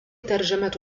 ترجمة